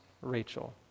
Rachel